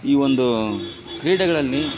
ಈ ಒಂದು ಕ್ರೀಡೆಗಳಲ್ಲಿ